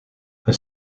een